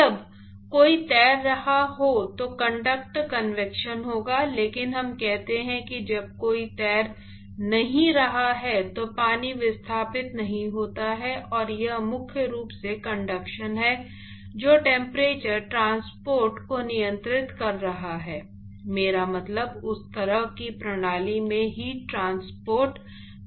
जब कोई तैर रहा हो तो कंडक्ट कन्वेक्शन होगा लेकिन हम कहते हैं कि जब कोई तैर नहीं रहा है तो पानी विस्थापित नहीं होता है और यह मुख्य रूप से कंडक्शन है जो टेम्परेचर ट्रांसपोर्ट को नियंत्रित कर रहा है मेरा मतलब उस तरह की प्रणाली में हीट ट्रांसपोर्ट प्रक्रिया है